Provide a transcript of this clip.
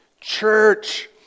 Church